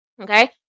Okay